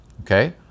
okay